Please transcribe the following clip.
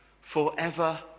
forever